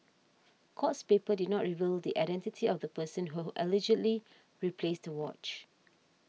courts papers did not reveal the identity of the person who allegedly replaced the watch